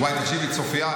ויי, תקשיבי, צופיה.